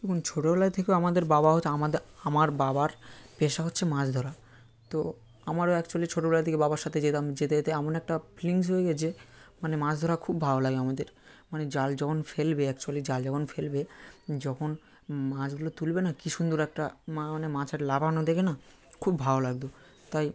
দেখুন ছোটোবেলার থেকেও আমাদের বাবা হচ্ছে আমাদের আমার বাবার পেশা হচ্ছে মাছ ধরা তো আমারও অ্যাকচুয়ালি ছোটোবেলা থেকে বাবার সাথে যেতাম যেতে যেতে এমন একটা ফিলিংসই হয়ে গেছে মানে মাছ ধরা খুব ভালো লাগে আমাদের মানে জাল যখন ফেলবে অ্যাকচুয়ালি জাল যখন ফেলবে যখন মাছগুলো তুলবে না কী সুন্দর একটা মানে মাছের লাফানো দেখে না খুব ভালো লাগত তাই